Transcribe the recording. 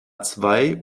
zwei